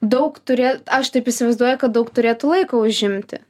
daug turi aš taip įsivaizduoju kad daug turėtų laiko užimti